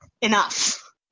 enough